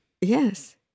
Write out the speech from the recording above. Yes